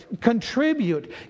contribute